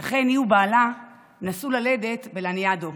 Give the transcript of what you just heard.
ולכן היא ובעלה נסעו ללדת בלניאדו.